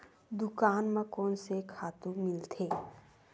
दुकान म कोन से खातु मिलथे?